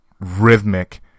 rhythmic